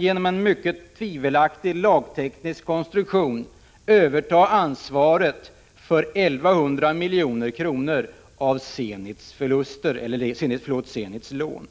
Genom en mycket tvivelaktig lagteknisk konstruktion fick riksgäldskontoret nämligen överta ansvaret för 1 100 milj.kr. av Zenits lån.